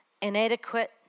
inadequate